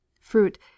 fruit